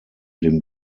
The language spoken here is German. dem